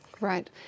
Right